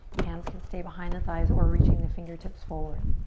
hands can stay behind the thighs or reaching the fingertips forward.